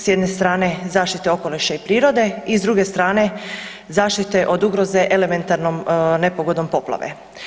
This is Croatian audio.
S jedne strane zaštite okoliša i prirode i s druge strane zaštite od ugroze elementarnom nepogodom poplave.